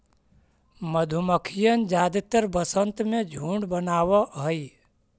मधुमक्खियन जादेतर वसंत में झुंड बनाब हई